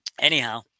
anyhow